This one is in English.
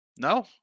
No